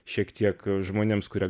šiek tiek žmonėms kurie